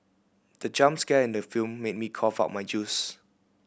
the jump scare in the film made me cough out my juice